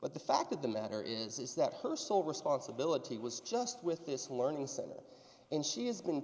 but the fact of the matter is is that her sole responsibility was just with this learning center and she has been